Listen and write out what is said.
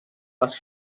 les